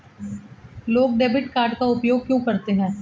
लोग debit card का उपयोग क्यों करते हैं?